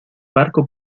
barco